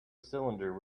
cylinder